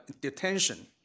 detention